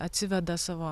atsiveda savo